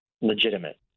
legitimate